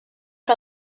que